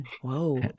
Whoa